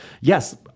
Yes